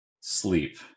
sleep